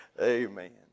Amen